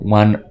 one